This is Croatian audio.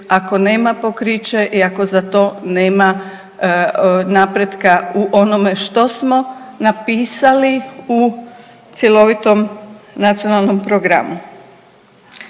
ako nema pokriće i ako za to nema napretka u onome što smo napisali u cjelovitom Nacionalnom programu.